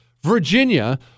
Virginia